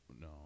no